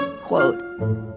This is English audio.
quote